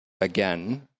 again